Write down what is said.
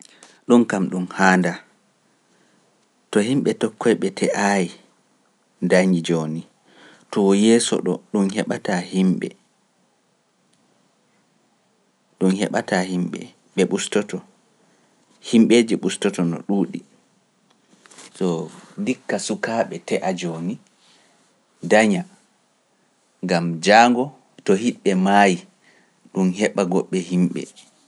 Ɗum kam ɗum haanda, to himɓe tokkoyɓe te'aay ndañi jooni, to yeeso ɗo ɗum heɓataa himɓe, ɓe ustoto, himɓeeje ustoto no ɗuuɗi. ndikka sukaaɓe te'a jooni daña, gam jaango to hiɗbe maayi, ɗum heɓa goɗɗe himɓe.